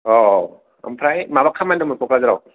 औ ओमफ्राय माबा खामानि दंमोन क'क्राझारआव